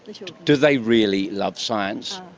but do they really love science?